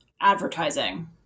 advertising